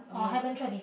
new uh